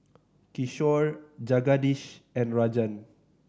Kishore Jagadish and Rajan